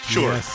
Sure